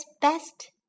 best